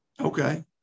Okay